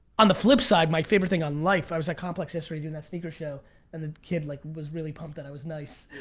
on the flip side my favorite thing on life i was at complex history doing that sneaker show and the kid like was like really pumped that i was nice.